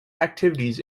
activities